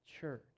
church